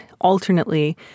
alternately